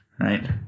right